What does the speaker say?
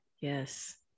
yes